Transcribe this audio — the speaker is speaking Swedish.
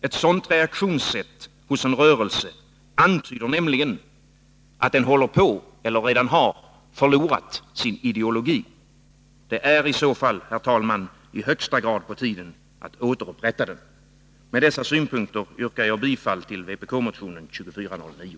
Ett sådant reaktionssätt hos en rörelse antyder nämligen att den håller på att förlora eller redan har förlorat sin ideologi. Det är i så fall, herr talman, i högsta grad på tiden att återupprätta den. Med dessa synpunkter yrkar jag bifall till vpbk-motionen 2409.